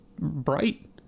bright